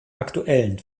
aktuellen